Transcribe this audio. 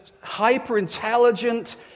hyper-intelligent